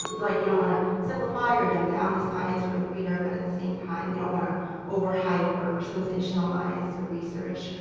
like, you don't want to simplify or dumb down the science for the reader, but at the same time, you don't want to overhype or sensationalize the research.